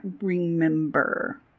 remember